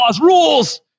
rules